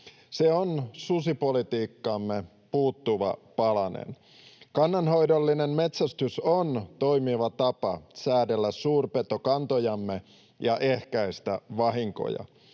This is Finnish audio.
Se on susipolitiikkamme puuttuva palanen. Kannanhoidollinen metsästys on toimiva tapa säädellä suurpetokantojamme ja ehkäistä vahinkoja.